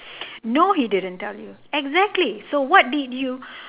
no he didn't tell you exactly so what did you